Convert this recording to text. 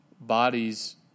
bodies